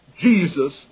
Jesus